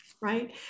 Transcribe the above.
right